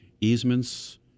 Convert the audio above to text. easements